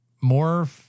more